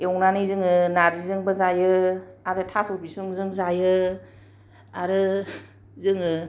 एवनानै जोङो नारजिजोंबो जायो आरो थास' बिसंजों जायो आरो जोङो